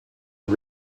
and